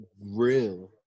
real